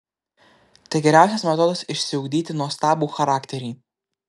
tai geriausias metodas išsiugdyti nuostabų charakterį